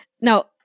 Now